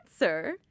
answer